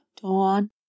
dawn